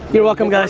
you're welcome,